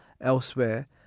elsewhere